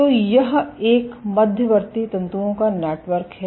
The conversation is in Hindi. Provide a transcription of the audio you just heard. तो यह एक है मध्यवर्ती तंतुओं का नेटवर्क है